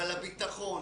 אבל הביטחון,